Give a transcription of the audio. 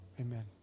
Amen